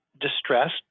distressed